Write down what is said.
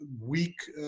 weak